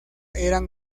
eran